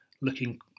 looking